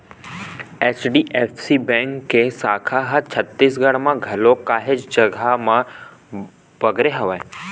HDFC bank के साखा ह छत्तीसगढ़ म घलोक काहेच जघा म बगरे हवय